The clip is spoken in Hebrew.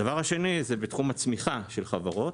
הדבר השני זה בתחום הצמיחה של חברות.